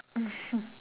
mmhmm